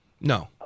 No